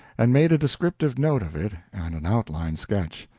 and made a descriptive note of it and an outline sketch.